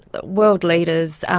but world leaders,